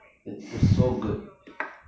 that it was so good